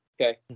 Okay